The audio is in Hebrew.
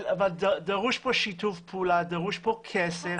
אבל דרוש פה שיתוף פעולה, דרוש פה כסף.